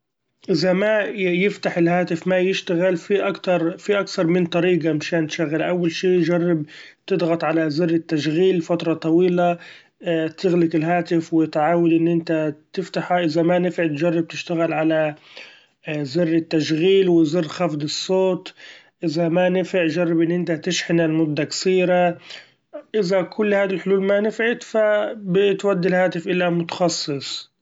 إذا ما ي-يفتح الهاتف ما يشتغل في اكتر- في اكثر من طريقة من شإن تشغله; أول اشي چرب تضغط على زر التشغيل فترة طويلة تغلق الهاتف وتعأود إن إنت تفتحه ، إذا ما نفعت چرب تشتغل على زر التشغيل وزر خفض الصوت، إذا ما نفع چرب إن إنت تشحنه لمدة قصيرة ، إذا كل هاذي الحلول ما نفعت فبتودي الهاتف الى متخصص.